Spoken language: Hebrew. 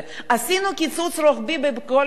עשינו קיצוץ רוחבי בכל המשרדים.